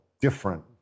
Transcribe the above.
different